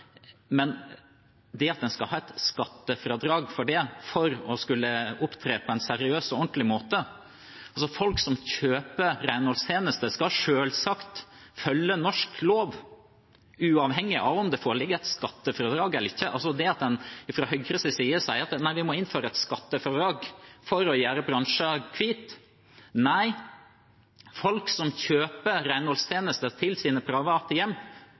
Men skal en ha skattefradrag for å opptre på en seriøs og ordentlig måte? Folk som kjøper renholdstjenester, skal selvsagt følge norsk lov, uavhengig av om det foreligger et skattefradrag eller ikke. Fra Høyres side sier man at vi må innføre et skattefradrag for å gjøre bransjen hvit. Nei, folk som kjøper renholdstjenester til sine private hjem,